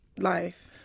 life